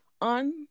on